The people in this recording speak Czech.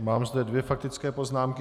Mám zde dvě faktické poznámky.